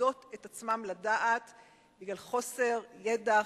שמאבדות את עצמן לדעת בגלל חוסר ידע,